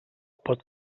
pot